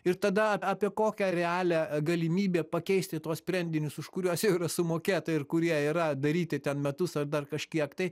ir tada apie kokią realią galimybę pakeisti tuos sprendinius už kuriuos jau yra sumokėta ir kurie yra daryti ten metus ar dar kažkiek tai